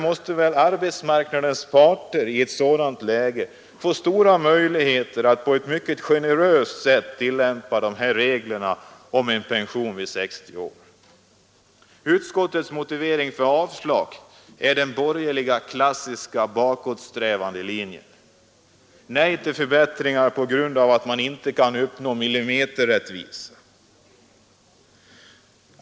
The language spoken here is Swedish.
Vidare har arbetsmarknadens parter i ett sådant läge stora möjligheter att på ett mycket generöst sätt tillämpa reglerna om pension vid 60 år. Utskottets motivering för avslag följer den borgerliga, klassiska bakåtsträvande linjen: Nej till förbättringar på grund av att man inte kan uppnå millimeterrättvisa!